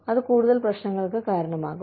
അത് കൂടുതൽ പ്രശ്നങ്ങൾക്ക് കാരണമാകും